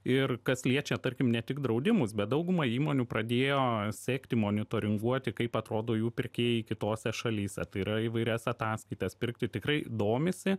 ir kas liečia tarkim ne tik draudimus bet dauguma įmonių pradėjo sekti monitoringuoti kaip atrodo jų pirkėjai kitose šalyse tai yra įvairias ataskaitas pirkti tikrai domisi